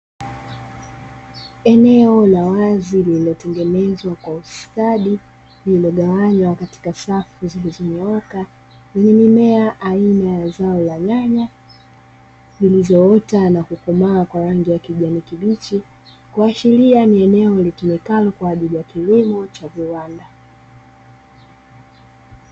Eneo la wazi lililotengenezwa kwa ustadi, limegawanywa katika safu zilizonyooka mimea aina ya zao la nyanya zilizo ota na kukomaaa kwa rangi ya kijani kibichi, kuashiria ni eneo litumikalo kwa ajili ya kilimo cha viwanda.